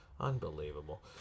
Unbelievable